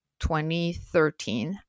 2013